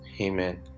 Amen